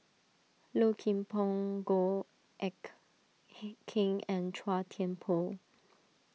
Low Kim Pong Goh Eck hey Kheng and Chua Thian Poh